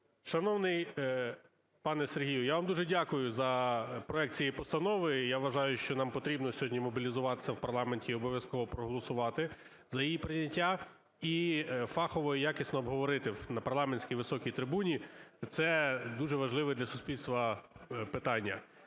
Шановний пане Сергію, я вам дуже дякую за проект цієї постанови. І я вважаю, що нам потрібно сьогодні мобілізуватися в парламенті і обов'язково проголосувати за її прийняття, і фахово, якісно обговорити на парламентській високій трибуні це дуже важливе для суспільства питання.